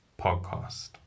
podcast